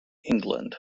england